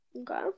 Okay